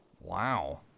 Wow